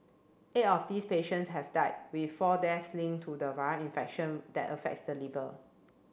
eight of these patients have died with four deaths link to the viral infection that affects the liver